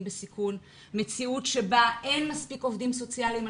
בסיכון ומציאות שבה אין מספיק עובדים סוציאליים.